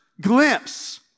glimpse